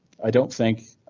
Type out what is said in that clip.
i don't think